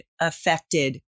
affected